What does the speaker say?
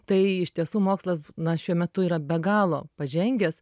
tai iš tiesų mokslas na šiuo metu yra be galo pažengęs